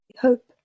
hope